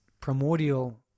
primordial